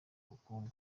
ubukungu